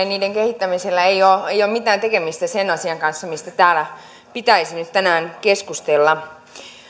ja niiden kehittämisellä ei ole mitään tekemistä sen asian kanssa mistä täällä pitäisi nyt tänään keskustella